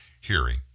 hearing